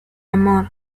amor